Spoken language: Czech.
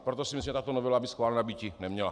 Proto si myslím, že tato novela by schválena býti neměla.